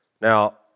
Now